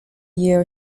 year